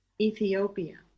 Ethiopia